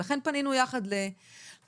ולכן פנינו יחד לממ"מ,